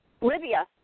Libya